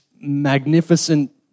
magnificent